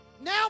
Now